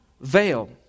veil